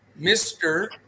Mr